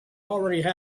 already